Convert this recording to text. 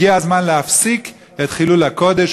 הגיע הזמן להפסיק את חילול הקודש,